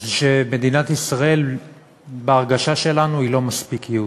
זה שמדינת ישראל בהרגשה שלנו היא לא מספיק יהודית.